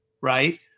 right